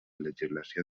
legislació